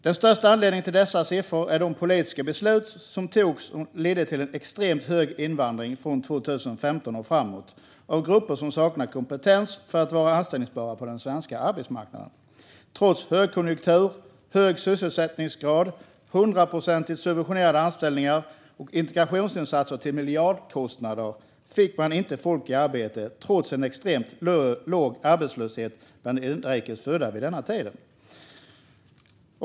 Den största anledningen till dessa siffror är de politiska beslut som ledde till en extremt hög invandring från 2015 och framåt av grupper som saknar kompetens för att vara anställbara på den svenska arbetsmarknaden. Trots högkonjunktur, hög sysselsättningsgrad, 100-procentigt subventionerade anställningar och integrationsinsatser till miljardkostnader fick man inte folk i arbete, samtidigt som vi hade en extremt låg arbetslöshet bland inrikes födda vid den här tiden.